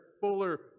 fuller